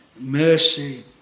mercy